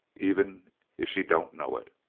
even if she don't know it.